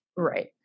Right